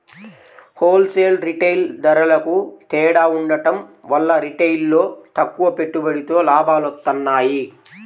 whole sale, retail ధరలకూ తేడా ఉండటం వల్ల రిటైల్లో తక్కువ పెట్టుబడితో లాభాలొత్తన్నాయి